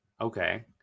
okay